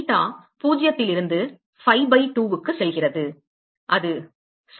theta 0 இலிருந்து phi pi 2 க்கு செல்கிறது அது சரி